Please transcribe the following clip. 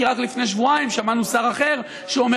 כי רק לפני שבועיים שמענו שר אחר שאומר